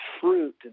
fruit